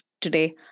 today